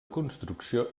construcció